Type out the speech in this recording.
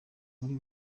muri